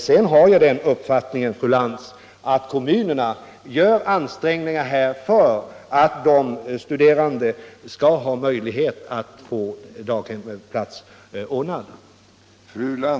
Sedan har jag den uppfattningen, fru Lantz, att kommunerna gör ansträngningar för aut de studerande skall få daghemsplats för sina barn.